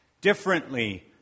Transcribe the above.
differently